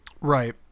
right